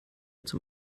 zum